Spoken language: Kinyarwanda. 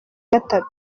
gatatu